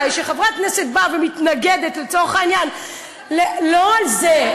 כשחברת כנסת באה ומתנגדת לצורך העניין, לא על זה.